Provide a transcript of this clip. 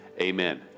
amen